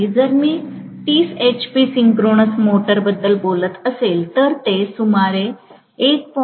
जर मी 30 HP synchronous मोटरबद्दल बोलत असेल तर ते सुमारे 1